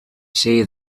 say